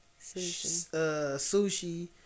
sushi